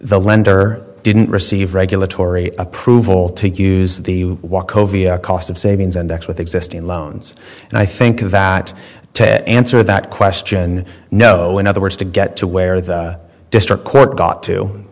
the lender didn't receive regulatory approval to use the walk over cost of savings index with existing loans and i think that ted answer that question no in other words to get to where the district court got to